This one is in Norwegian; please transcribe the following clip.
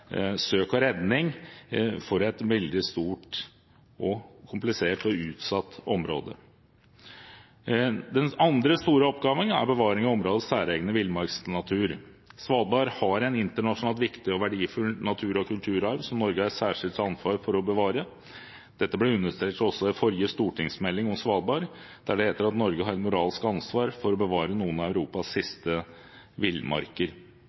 søk og redning for et veldig stort og komplisert og utsatt område. Den andre store oppgaven er bevaring av områdets særegne villmarksnatur. Svalbard har en internasjonalt viktig og verdifull natur- og kulturarv som Norge har et særskilt ansvar for å bevare. Dette ble understreket også i forrige stortingsmelding om Svalbard, der det heter at Norge har et moralsk ansvar for å bevare noen av Europas siste villmarker.